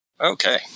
Okay